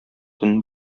төн